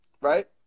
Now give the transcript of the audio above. right